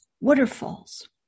waterfalls